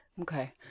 Okay